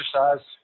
exercise